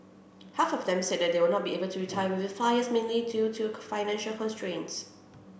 half of them said they would not be able to retire within five years mainly due to financial constraints